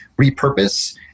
repurpose